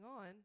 on